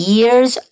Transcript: Years